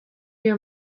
your